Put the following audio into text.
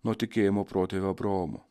nuo tikėjimo protėvio abraomo